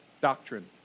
doctrine